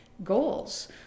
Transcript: goals